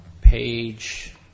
page